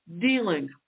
Dealing